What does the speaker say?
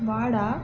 वाडा